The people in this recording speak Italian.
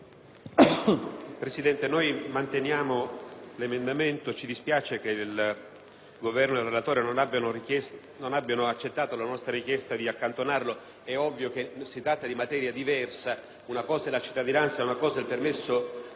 del Governo ed il relatore non abbiano accettato la nostra richiesta di accantonarlo. È ovvio che si tratta di materia diversa: una cosa è la cittadinanza e altra cosa è il permesso di lavoro. Tuttavia, è ovvio anche che sono questioni strettamente connesse e nessuno può negare che